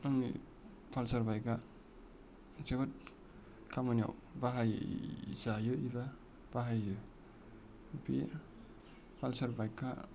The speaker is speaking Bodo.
आंनि पालसार बाइक आ जोबोद खामानियाव बाहायजायो एबा बाहायो बे पालसार बाइक आ